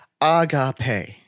agape